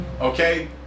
Okay